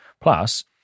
plus